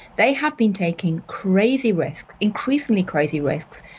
they have been taking crazy risks, increasingly crazy risks,